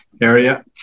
area